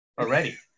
already